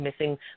missing